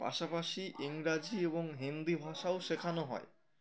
পাশাপাশি ইংরাজি এবং হিন্দি ভাষাও শেখানো হয়